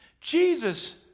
Jesus